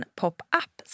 pop-up